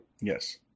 Yes